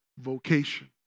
Vocation